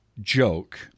joke